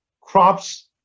crops